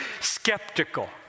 skeptical